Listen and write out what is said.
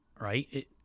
right